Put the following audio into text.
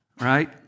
right